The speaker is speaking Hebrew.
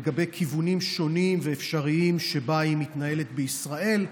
לגבי כיוונים שונים ואפשריים שבהם היא מתנהלת בישראל,